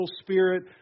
spirit